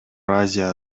азия